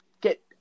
get